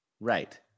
Right